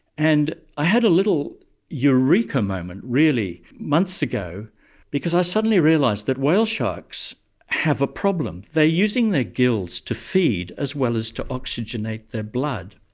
and i had a little eureka moment really months ago because i suddenly realised that whale sharks have a problem. they are using their gills to feed as well as to oxygenate their blood.